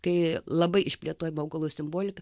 kai labai išplėtojama augalų simbolika